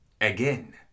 Again